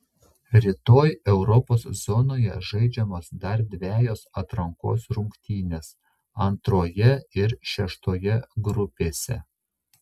rytoj europos zonoje žaidžiamos dar dvejos atrankos rungtynės antroje ir šeštoje grupėse